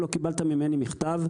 לא קיבלת ממני מכתב,